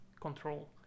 Control